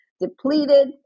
depleted